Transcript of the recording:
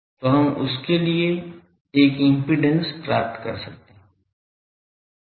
तो हम उसके लिए एक इम्पीडेन्स प्राप्त कर सकते हैं